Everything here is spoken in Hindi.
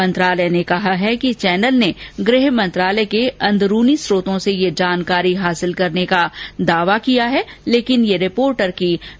मंत्रालय ने कहा कि चैनल ने गृह मंत्रालय के अंदरूनी स्रोतों से यह जानकारी हासिल करने का दावा किया है लेकिन यह रिपोर्टर की महज अटकल है